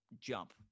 jump